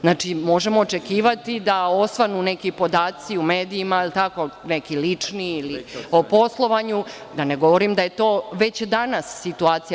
Znači, možemo očekivati da osvanu neki podaci u medijima, neki lični ili o poslovanju, a da ne govorim da je to već danas situacija.